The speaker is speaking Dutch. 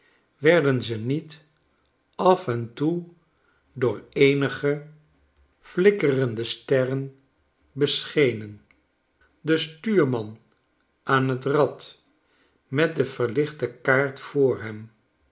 werden ze niet af en toe door eenige flikkerende sterren beschenen de stuurman aan t rad met de verlichte kaart voor hem